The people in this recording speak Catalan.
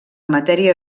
matèria